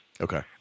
Okay